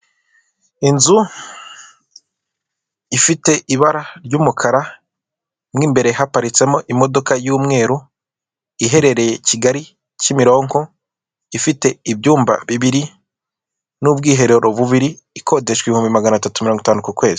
Inzu ifite ibara ry'umukara mwimbere haparitsemwo imodoka y'umweru, iherereye kigali kimironko ifite ibyumba bibiri nubwiherero bubiri ikodeshwa ibihumbi maganatatu mirongo itanu kukwezi.